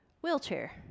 wheelchair